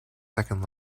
second